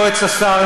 יועץ השר.